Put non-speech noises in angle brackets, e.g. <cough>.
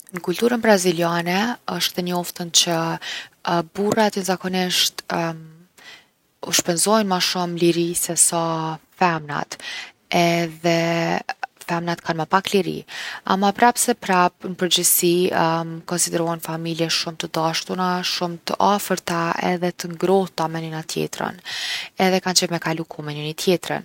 N’kulturën braziliane osht e njoftun që burrat zakonisht <hesitation> shpenzojnë ma shumë liri se sa femnat edhe femnat kanë ma pak liri. Ama prap se prap n’përgjithsi <hesitation> konsiderohen familje shumë t’dashtuna, shumë t’afërta edhe t’ngrohta me njona tjetrën. Edhe kanë qef me kalu kohë me njoni tjetrin.